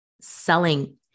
selling